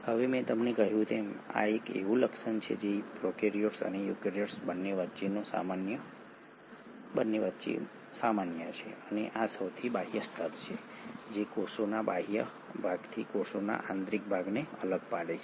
હવે મેં તમને કહ્યું તેમ આ એક એવું લક્ષણ છે જે પ્રોકેરીયોટ્સ અને યુકેરીયોટ્સ બંને વચ્ચે સામાન્ય છે અને આ સૌથી બાહ્ય સ્તર છે જે કોષના બાહ્ય ભાગથી કોષના આંતરિક ભાગને અલગ પાડે છે